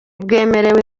bwemerewe